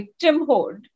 victimhood